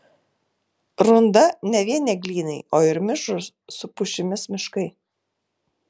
runda ne vien eglynai o ir mišrūs su pušimis miškai